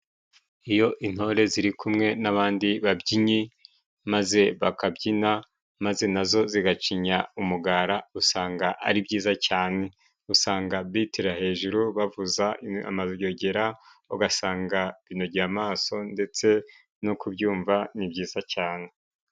Iyo intore ziri kumwe n'abandi babyinnyi maze bakabyina maze nazo zigacinya umugara, usanga ari byiza cyane usanga biterara hejuru bavuza amayogera, ugasanga binogeye amaso, ndetse no kubyumva ni byiza cyane.